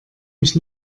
mich